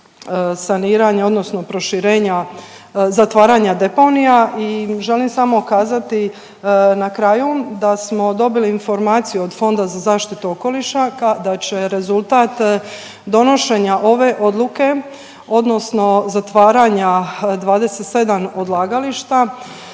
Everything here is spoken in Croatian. saniranja, odnosno proširenja, zatvaranja deponija. I želim samo kazati na kraju da smo dobili informaciju od Fonda za zaštitu okoliša da će rezultat donošenja ove odluke, odnosno zatvaranja 27 odlagališta